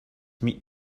meet